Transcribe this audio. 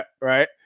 Right